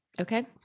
Okay